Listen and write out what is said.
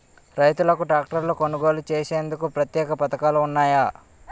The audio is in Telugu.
రైతులకు ట్రాక్టర్లు కొనుగోలు చేసేందుకు ప్రత్యేక పథకాలు ఉన్నాయా?